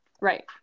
Right